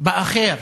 באחר